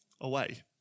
away